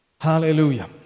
Hallelujah